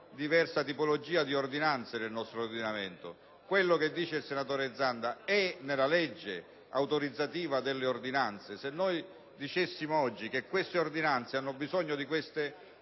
diversa tipologia di ordinanze nel nostro ordinamento. Quello che dice il senatore Zanda è nella legge autorizzativa delle ordinanze; se noi dicessimo oggi che queste ordinanze hanno bisogno di tali accorgimenti,